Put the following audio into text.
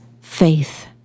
faith